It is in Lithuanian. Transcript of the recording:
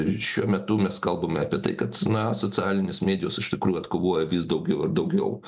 šiuo metu mes kalbame apie tai kad na socialinės medijos iš tikrųjų atkovoja vis daugiau ir daugiau